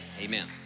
Amen